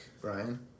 Brian